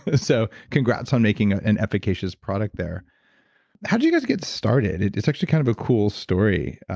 ah so congrats on making ah an efficacious product there how did you guys get started, it's actually kind of a cool story,